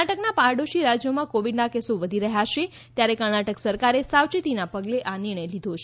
કર્ણાટકના પાડોશી રાજ્યોમાં કોવિડના કેસો વધી રહ્યાં છે ત્યારે કર્ણાટક સરકારે સાવચેતીના પગલે આ નિર્ણય લીધો છે